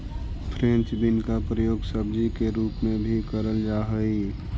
French bean का प्रयोग सब्जी के रूप में भी करल जा हई